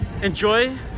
enjoy